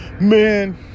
Man